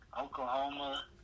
Oklahoma